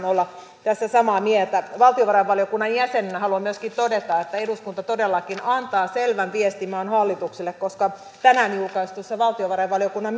olla tässä samaa mieltä valtiovarainvaliokunnan jäsenenä haluan myöskin todeta että eduskunta todellakin antaa selvän viestin maan hallitukselle koska tänään julkaistussa valtiovarainvaliokunnan